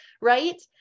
right